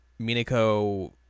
Minako